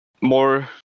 more